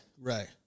right